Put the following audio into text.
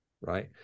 right